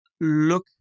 look